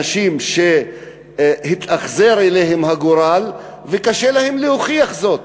אנשים שהתאכזר אליהם הגורל וקשה להם להוכיח זאת,